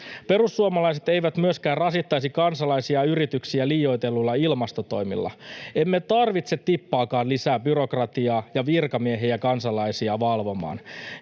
Perussuomalaiset eivät myöskään rasittaisi kansalaisia ja yrityksiä liioitelluilla ilmastotoimilla. Emme tarvitse tippaakaan lisää byrokratiaa ja virkamiehiä kansalaisia valvomaan.